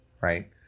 right